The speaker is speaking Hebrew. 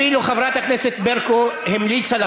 אפילו חברת הכנסת ברקו המליצה לך,